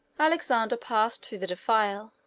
alexander passed through the defile.